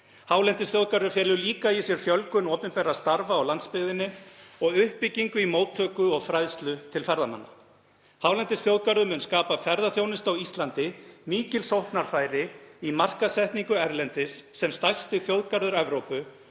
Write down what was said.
Hálendisþjóðgarður felur líka í sér fjölgun opinberra starfa á landsbyggðinni og uppbyggingu í móttöku og fræðslu til ferðamanna. Hálendisþjóðgarður mun skapa ferðaþjónusta á Íslandi mikil sóknarfæri í markaðssetningu erlendis sem stærsti þjóðgarður Evrópu